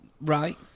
Right